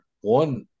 one